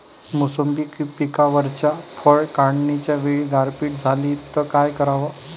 मोसंबी पिकावरच्या फळं काढनीच्या वेळी गारपीट झाली त काय कराव?